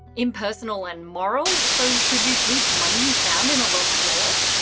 impersonal and moral so, should you keep money you found in a lost wallet?